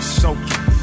soaking